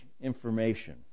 information